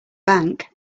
bank